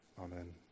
Amen